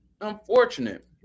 unfortunate